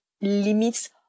limits